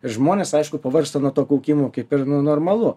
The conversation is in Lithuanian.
ir žmonės aišku pavargsta nuo to kaukimo kaip ir normalu